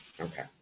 Okay